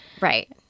Right